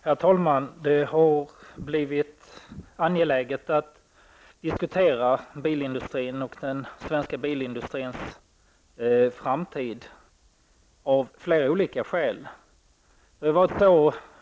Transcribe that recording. Herr talman! Det har av flera olika skäl blivit angeläget att diskutera den svenska bilindustrins framtid.